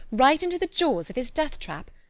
right into the jaws of his death-trap?